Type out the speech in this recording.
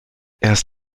erst